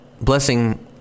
Blessing